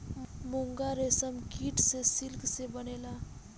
मूंगा रेशम कीट से सिल्क से बनेला